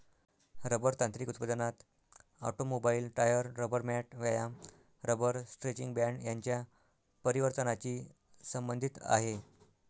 rubber तांत्रिक उत्पादनात automobile, tyre, rubber mat, व्यायाम रबर स्ट्रेचिंग बँड यांच्या परिवर्तनाची संबंधित आहे